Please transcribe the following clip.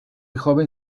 joven